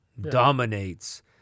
Dominates